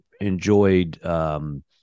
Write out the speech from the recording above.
enjoyed